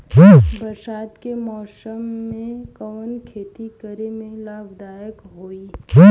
बरसात के मौसम में कवन खेती करे में लाभदायक होयी?